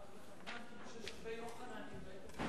לקח לך זמן כאילו יש הרבה יוחננים --- לא,